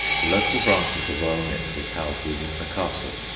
the local branch of the royal mint was housed within the castle.